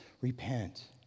repent